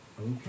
Okay